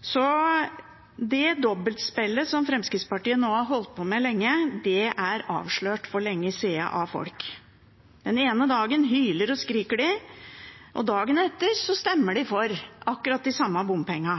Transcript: Så det dobbeltspillet som Fremskrittspartiet nå har holdt på med lenge, er avslørt for lenge siden av folk. Den ene dagen hyler og skriker de, og dagen etter stemmer de for akkurat de samme bompengene.